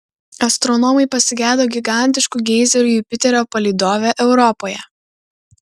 astronomai pasigedo gigantiškų geizerių jupiterio palydove europoje